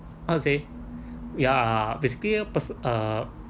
how to say ya basically pers~ uh